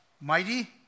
mighty